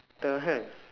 the heck